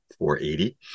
480